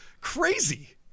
crazy